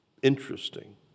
interesting